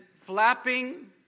flapping